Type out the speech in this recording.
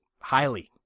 highly